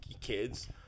kids